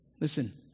Listen